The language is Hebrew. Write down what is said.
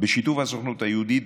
בשיתוף הסוכנות היהודית,